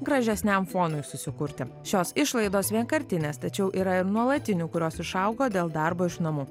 gražesniam fonui susikurti šios išlaidos vienkartinės tačiau yra nuolatinių kurios išaugo dėl darbo iš namų